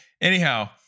Anyhow